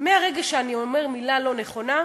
מהרגע שאני אומר מילה לא נכונה,